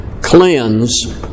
Cleanse